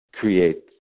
create